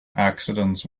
accidents